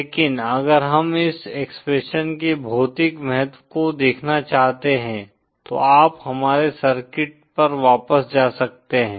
लेकिन अगर हम इस एक्सप्रेशन के भौतिक महत्व को देखना चाहते हैं तो आप हमारे सर्किट पर वापस जा सकते हैं